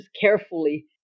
carefully